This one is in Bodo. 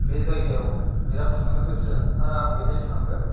बे जायगायाव बेराद थांनो गोसो आर आं बेहाय थांगोन